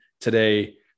today